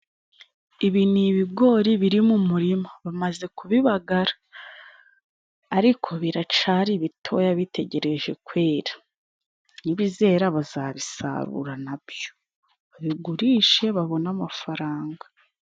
Ibi ni ibigori biri mu murima bamaze kubibagara, ariko biracari bitoya bitegereje kwera. Nibizera bazabisarura na byo, babigurishe babone amafaranga.